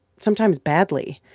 sometimes badly.